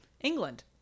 England